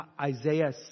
Isaiah